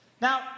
Now